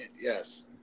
Yes